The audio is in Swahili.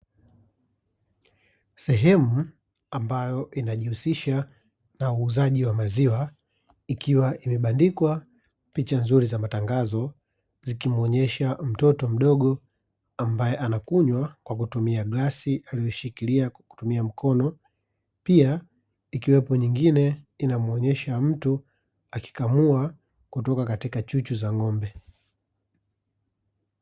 Sehemu ambayo inayojihusisha na uuzaji wa maziwa, ikiwa imebandikwa picha nzuri za matangazo zikimwonesha mtoto mdogo ambaye anakunywa kwa kutumia glasi aliyoishikilia kwa kutumia mkono. Pia, ikiwepo nyingine inamuonesha mtu akikamua kutoka katika chuchu za ng'ombe.